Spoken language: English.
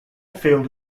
field